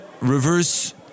reverse